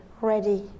ready